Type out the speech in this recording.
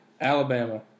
Alabama